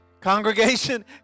congregation